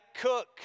cook